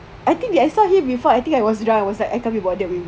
I think I saw him before I think I was drunk I was like I can't be bothered with it